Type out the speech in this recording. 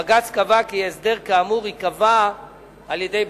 בג"ץ קבע כי הסדר כאמור ייקבע על-ידי בית-המחוקקים.